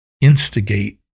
instigate